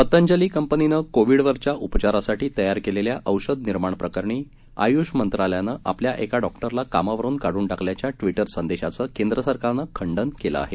पतंजली कंपनीनं कोविडवरच्या उपचारासाठी तयार केलेल्या औषध निर्माणाप्रकरणी आयुष मंत्रालयानं आपल्या एका डॉक्टरला कामावरून काढुन टाकल्याच्या ट्विटर संदेशाचं केन्द्र सरकारनं खंडन केलं आहे